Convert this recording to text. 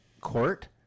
court